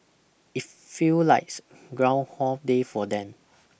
it feel likes groundhog day for them